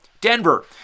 Denver